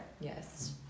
Yes